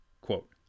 Quote